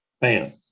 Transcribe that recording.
Bam